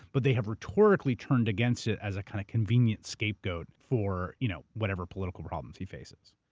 but they have rhetorically turned against it as a kind of convenient scapegoat for you know whatever political problems he faces.